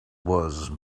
was